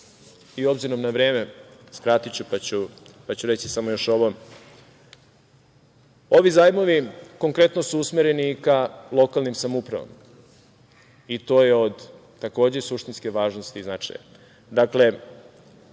i obzirom na vreme skratiću, pa ću reći samo još ovo. Ovi zajmovi konkretno su usmereni ka lokalnim samoupravama i to je takođe od suštinske važnosti i značaja. Dakle,